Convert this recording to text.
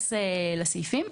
אתייחס לסעיפים.